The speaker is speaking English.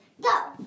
go